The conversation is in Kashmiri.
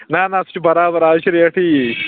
نہ نہ سُہ چھِ برابر آز چھِ ریٹٕے یی